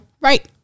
Right